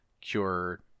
Cure